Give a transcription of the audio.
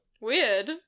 Weird